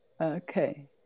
Okay